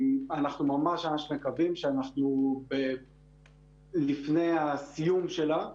אנחנו ממש ממש מקווים שאנחנו לפני הסיום שלה.